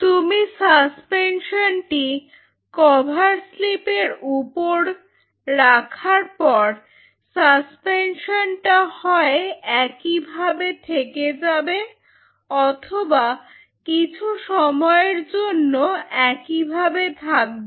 তুমি সাসপেনশনটি cover slip এর উপর রাখার পর সাসপেনশনটা হয় একই ভাবে থেকে যাবে অথবা কিছু সময়ের জন্য একইভাবে থাকবে